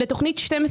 לגבי תוכנית 12-11-02,